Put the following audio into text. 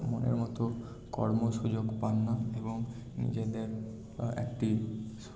মনের মত কর্ম সুযোগ পান না এবং নিজেদের একটি